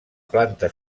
planta